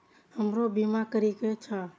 हमरो बीमा करीके छः?